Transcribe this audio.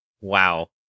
Wow